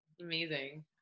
Amazing